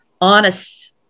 honest